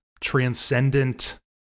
transcendent